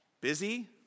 busy